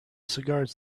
cigars